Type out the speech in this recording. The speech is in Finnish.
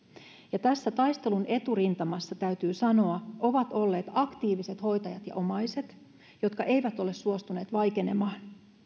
ja tässä taistelun eturintamassa täytyy sanoa ovat olleet aktiiviset hoitajat ja omaiset jotka eivät ole suostuneet vaikenemaan